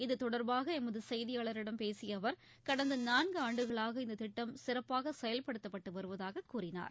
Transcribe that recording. இதுதொடர்பாக எமது செய்தியாளரிடம் பேசிய அவர் கடந்த நான்கு ஆண்டுகளாக இந்த திட்டம் சிறப்பாக செயல்படுத்தப்பட்டு வருவதாக கூறினார்